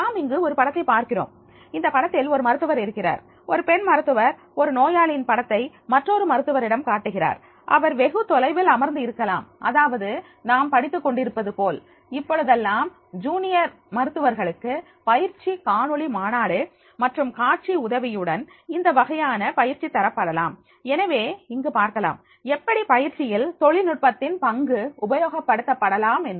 நாம் இங்கு ஒரு படத்தைப் பார்க்கிறோம் இந்த படத்தில் ஒரு மருத்துவர் இருக்கிறார் ஒரு பெண் மருத்துவர் ஒரு ஒரு நோயாளியின் படத்தை மற்றொரு மருத்துவரிடம் காட்டுகிறார் அவர் வெகு தொலைவில் அமர்ந்து இருக்கலாம் அதாவது நாம் படித்துக் கொண்டிருப்பது போல் இப்பொழுதெல்லாம் ஜூனியர் மருத்துவர்களுக்கு பயிற்சி காணொளி மாநாடு மற்றும் காட்சி உதவியுடன் இந்த வகையான பயிற்சி தரப்படலாம் எனவே இங்கு பார்க்கலாம் எப்படி பயிற்சியில் தொழில்நுட்பத்தின் பங்கு உபயோகப்படுத்தலாம் என்று